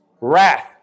Wrath